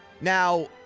Now